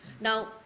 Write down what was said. Now